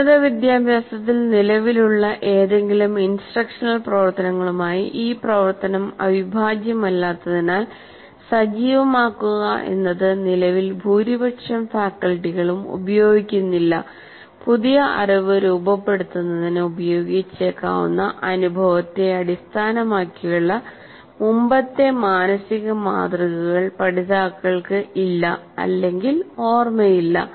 ഉന്നതവിദ്യാഭ്യാസത്തിൽ നിലവിലുള്ള ഏതെങ്കിലും ഇൻസ്ട്രക്ഷണൽ പ്രവർത്തനങ്ങളുമായി ഈ പ്രവർത്തനം അവിഭാജ്യമല്ലാത്തതിനാൽ സജീവമാക്കുക എന്നത് നിലവിൽ ഭൂരിപക്ഷം ഫാക്കൽറ്റികളും ഉപയോഗിക്കുന്നില്ല പുതിയ അറിവ് രൂപപ്പെടുത്തുന്നതിന് ഉപയോഗിച്ചേക്കാവുന്ന അനുഭവത്തെ അടിസ്ഥാനമാക്കിയുള്ള മുമ്പത്തെ മാനസിക മാതൃകകൾ പഠിതാക്കൾക്ക് ഇല്ല അല്ലെങ്കിൽ ഓർമ്മയില്ല